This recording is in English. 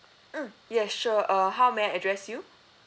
mm yes sure uh how may I address you